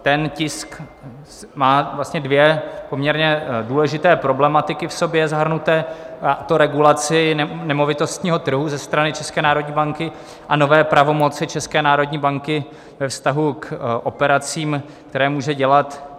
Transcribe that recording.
Ten tisk má dvě poměrně důležité problematiky v sobě zahrnuté, a to regulaci nemovitostního trhu ze strany České národní banky a nové pravomoci České národní banky ve vztahu k operacím, které může dělat.